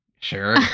sure